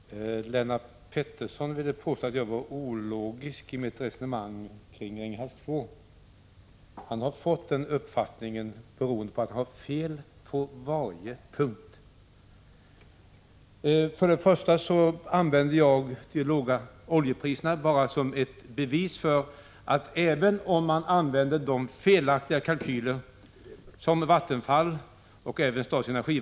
Fru talman! Lennart Pettersson påstod att jag var ologisk i mitt resonemang kring Ringhals 2. Han har fått den uppfattningen beroende på att han har fel på varje punkt. Först och främst använde jag de låga oljepriserna bara som ett bevis för att det, även om man använder de felaktiga kalkyler som Vattenfall presenterat 75 Prot.